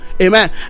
amen